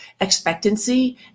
expectancy